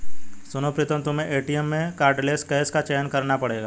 सुनो प्रीतम तुम्हें एटीएम में कार्डलेस कैश का चयन करना पड़ेगा